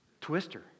Twister